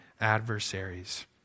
adversaries